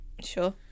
Sure